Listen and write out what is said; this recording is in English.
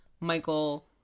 Michael